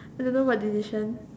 I don't know what decision